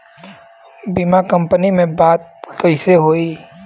बीमा कंपनी में बात कइसे होई?